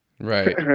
Right